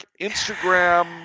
Instagram